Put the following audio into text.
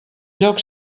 lloc